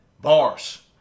Bars